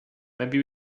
maybe